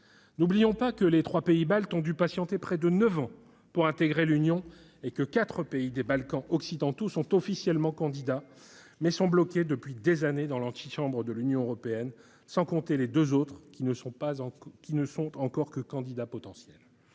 N'oublions pas que les trois pays baltes ont dû patienter près de neuf ans pour entrer dans l'Union et que quatre pays des Balkans occidentaux, officiellement candidats, sont bloqués depuis des années dans l'antichambre de l'Union européenne, sans compter les deux autres, qui ne sont encore que candidats potentiels.